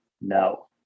no